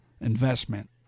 investment